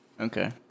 Okay